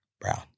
Brown